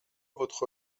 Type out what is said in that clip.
votre